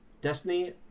Destiny